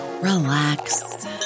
relax